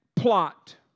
plot